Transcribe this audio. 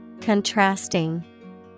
Contrasting